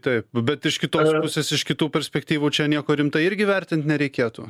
taip bet iš kitos pusės iš kitų perspektyvų čia nieko rimtai irgi vertint nereikėtų